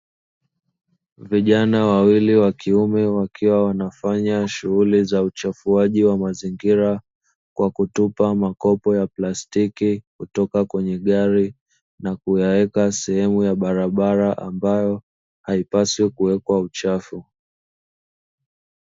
Vijana wawili wa kiume wakiwa wanafanya shughuli za uchafuaji wa mazingira kwa kutupa makopo, plastiki, kutoka kwenye gari na kuyaweka sehemu ya barabara ambayo haipaswi kuwekwa uchafu.